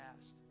past